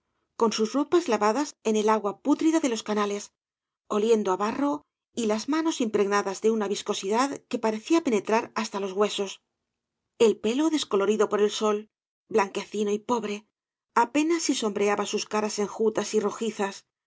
con sus ropas lavadas en el agua pútrida de los canales oliendo á barro y las manos impregnadas de una viscosidad que parecía penetrar hasta los huesos el pelo descolorido v blasco ibáñhz por el bol blanquecino y pobre apenas si sombreaba bus caras enjutas y rojizas